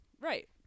Right